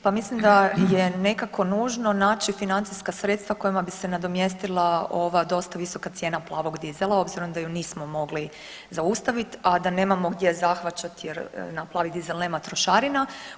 Pa mislim da je nekako nužno naći financijska sredstva kojima bi se nadomjestila ova dosta visoka cijena plavog dizela obzirom da je nismo mogli zaustaviti, a da nemamo gdje zahvaćati jer na plavi dizel nema trošarina.